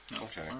Okay